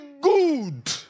good